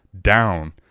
down